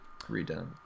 redone